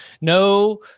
no